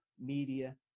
media